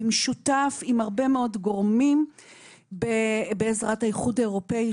במשותף עם הרבה גורמים בעזרת האיחוד האירופאי